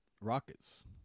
rockets